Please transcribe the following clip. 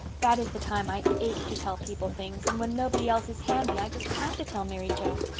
that is the time i ache to tell people things, and when nobody else is handy i just have to tell mary joe.